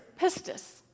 pistis